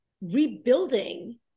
rebuilding